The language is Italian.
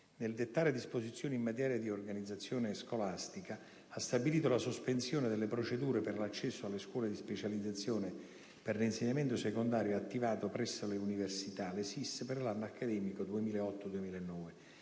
nel dettare disposizioni in materia di organizzazione scolastica, ha stabilito la sospensione delle procedure per l'accesso alle scuole di specializzazione per l'insegnamento secondario attivate presso le università (SSIS) per l'anno accademico 2008-2009